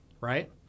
right